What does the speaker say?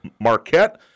Marquette